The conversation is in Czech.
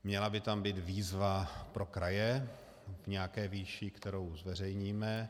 Měla by tam být výzva pro kraje v nějaké výši, kterou zveřejníme.